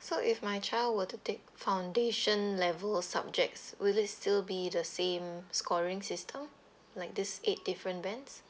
so if my child were to take foundation level subjects would it still be the same scoring system like this eight different bands